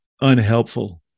unhelpful